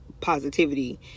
positivity